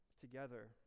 together